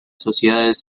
sociedades